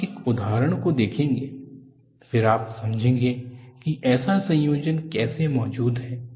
हम एक उदाहरण को देखेंगे फिर आप समझेंगे कि ऐसा संयोजन कैसे मौजूद है